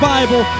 Bible